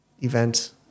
event